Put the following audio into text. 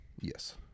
Yes